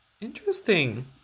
Interesting